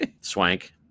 swank